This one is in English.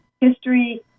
history